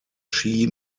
ski